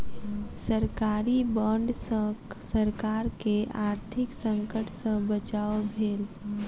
सरकारी बांड सॅ सरकार के आर्थिक संकट सॅ बचाव भेल